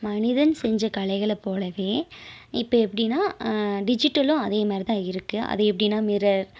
மனிதன் செஞ்ச கலைகளை போலவே இப்போ எப்படினா டிஜிட்டலும் அதே மாதிரி தான் இருக்குது அது எப்படினா மிரர்